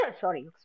Sorry